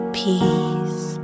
peace